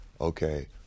okay